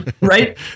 Right